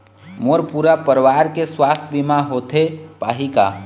मोर पूरा परवार के सुवास्थ बीमा होथे पाही का?